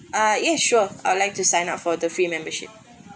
uh yeah sure I'd like to sign up for the free membership